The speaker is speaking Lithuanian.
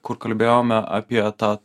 kur kalbėjome apie tą